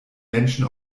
menschen